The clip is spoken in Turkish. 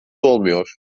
olmuyor